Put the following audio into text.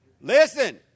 Listen